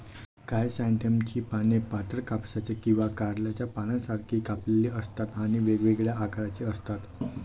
क्रायसॅन्थेममची पाने पातळ, कापसाच्या किंवा कारल्याच्या पानांसारखी कापलेली असतात आणि वेगवेगळ्या आकाराची असतात